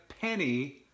penny